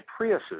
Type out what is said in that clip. Priuses